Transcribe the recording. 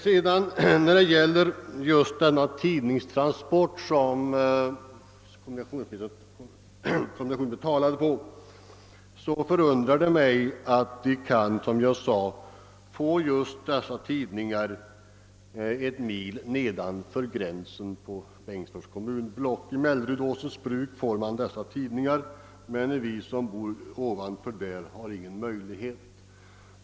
Vad beträffar de tidningstransporter som kommunikationsministern talade om förundrar det mig att man kan få dessa tidningar en mil nedanför gränsen till Bengtsfors kommunblock. I Mellerud och Åsensbruk får man dem nämligen, men vi som bor strax ovanför har ingen möjlighet till det.